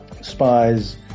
spies